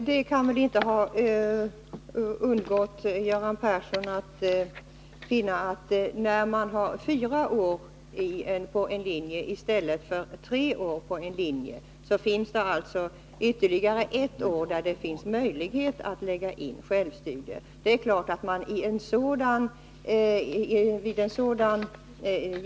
Herr talman! Även Göran Persson förstår väl att det finns större möjligheter att lägga in självstudier på en fyraårig än en treårig linje. Det innebär att det blir fler timmars självstudier i den fyraåriga tekniska linjen än i den treåriga.